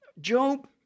Job